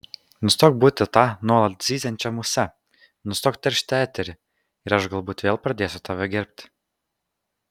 nustok būti ta nuolat zyziančia muse nustok teršti eterį ir aš galbūt vėl pradėsiu tave gerbti